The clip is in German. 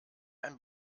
ein